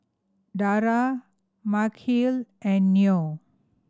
Dara Mikhail and Noah